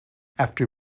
after